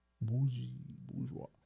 Bourgeois